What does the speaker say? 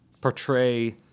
portray